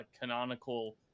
canonical